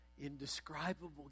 indescribable